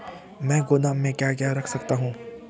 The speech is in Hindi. मैं गोदाम में क्या क्या रख सकता हूँ?